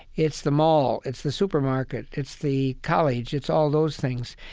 it's the mall, it's the supermarket, it's the college, it's all those things.